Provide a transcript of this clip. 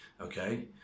Okay